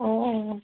অঁ অঁ